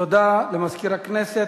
תודה למזכיר הכנסת.